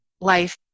life